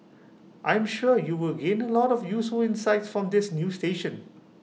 I am sure you will gain A lot of useful insights from this new station